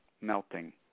melting